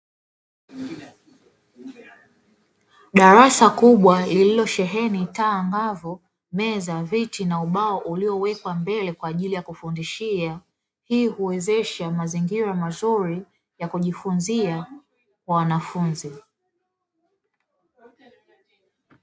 Darasa kubwa lililosheheni taa angavu meza viti na ubao uliowekwa mbele ya kwa ajili ya kufundishia. Hii huwezesha mazingira mazuri ya kujifunzia kwa wanafunzi.